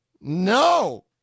No